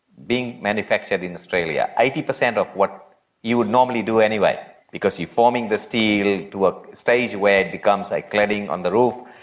being manufactured in australia. eighty percent of what you would normally do anyway because you are forming the steel to a stage where it becomes a cladding on the roof,